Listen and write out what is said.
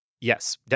Yes